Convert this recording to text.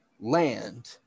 land